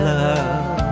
love